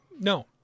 No